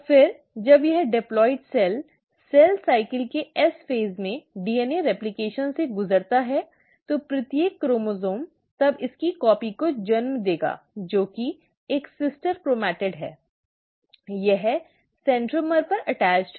और फिर जब यह डिप्लॉइड सेल कोशिका चक्र के एस चरण में डीएनए प्रतिकृति से गुजरता है तो प्रत्येक क्रोमोसोम तब इसकी प्रति को जन्म देगा जो कि एक सिस्टर क्रोमैटिड है यह सेंट्रोमियर पर संलग्न है